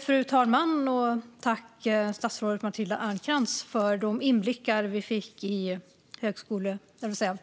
Fru talman! Tack för de inblickar vi fick i den